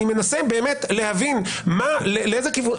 אני מנסה להבין לאיזה כיוון.